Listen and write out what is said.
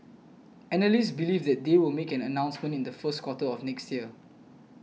analysts believe that they will make an announcement in the first quarter of next year